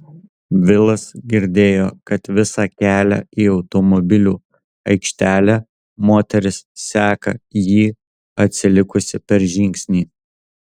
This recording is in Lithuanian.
vilas girdėjo kad visą kelią į automobilių aikštelę moteris seka jį atsilikusi per žingsnį